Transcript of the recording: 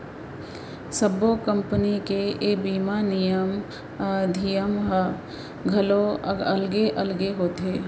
सब्बो कंपनी के ए बीमा नियम धियम ह घलौ अलगे अलग होथे